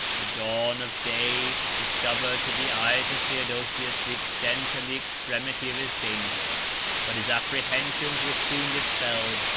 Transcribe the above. the dawn of day discovered to the eyes of theodosius the extent and the extremity of his danger but his apprehensions were soon dispelled,